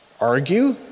argue